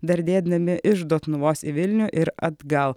dardėdami iš dotnuvos į vilnių ir atgal